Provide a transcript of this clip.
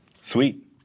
Sweet